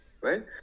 right